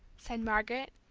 said margaret,